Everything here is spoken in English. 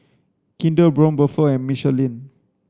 Kinder Braun Buffel and Michelin